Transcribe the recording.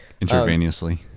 Intravenously